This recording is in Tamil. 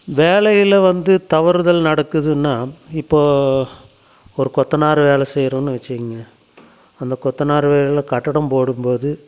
வேலையில் வந்து தவறுதல் நடக்குதுன்னா இப்போ ஒரு கொத்தனார் வேலை செய்யறோன்னு வச்சுக்குங்க அந்த கொத்தனார் வேலை கட்டிடம் போடும்போது